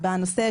בנושא,